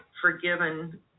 forgiven